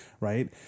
right